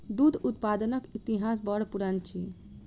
दूध उत्पादनक इतिहास बड़ पुरान अछि